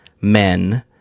men